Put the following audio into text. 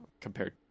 compared